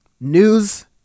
news